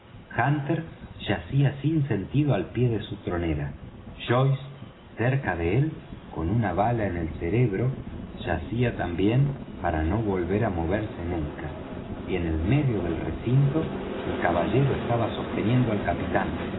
hunter yacía sin sentido al pie de su tronera joyce cerca de él con una bala en el cerebro yacía también para no volver á moverse nunca y en el medio del recinto el caballero estaba sosteniendo al capitán